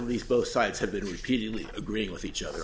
least both sides have been repeatedly agreeing with each other